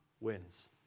wins